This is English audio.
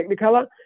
Technicolor